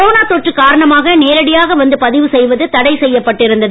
கொரோனாதொற்றுகாரணமாக நேரடியாகவந்துபதிவுசெய்வதுதடைசெய்யப்பட்டிருந்தது